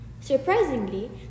Surprisingly